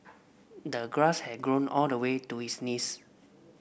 the grass had grown all the way to his knees